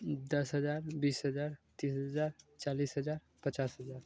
दस हज़ार बीस हज़ार तीस हज़ार चालीस हज़ार पचास हज़ार